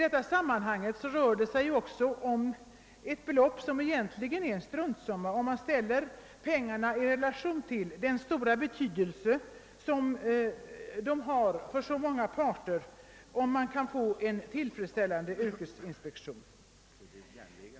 Det rör sig om ett belopp som egentligen är en struntsumma, om det ställs i relation till den stora betydelse som en tillfredsställande yrkesinspektion har för så många parter.